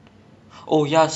like if I'm not wrong